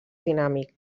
dinàmic